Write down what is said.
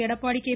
Edappadi K